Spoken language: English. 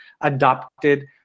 adopted